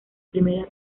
primera